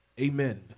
amen